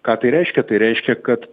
ką tai reiškia tai reiškia kad